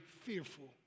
fearful